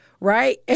right